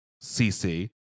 C-C